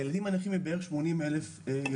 הילדים המיוחדים הם בערך 80,000 ילדים.